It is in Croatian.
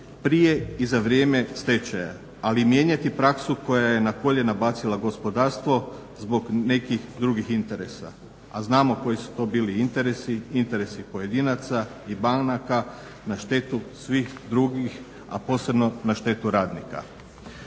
prije i za vrijeme stečaja ali mijenjati praksu koja je na koljena bacila gospodarstvo zbog nekih drugih interesa, a znamo koji su to bili interesi, interesi pojedinaca i banaka na štetu svih drugih, a posebno na štetu radnika.